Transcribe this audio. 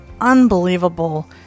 unbelievable